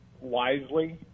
wisely